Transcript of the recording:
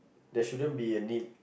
there shouldn't be a need